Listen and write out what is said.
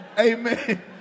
Amen